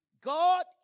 God